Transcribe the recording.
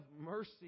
mercy